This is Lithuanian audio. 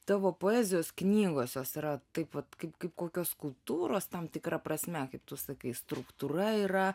tavo poezijos knygos jos yra taip vat kaip kokios skulptūros tam tikra prasme kaip tu sakai struktūra yra